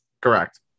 Correct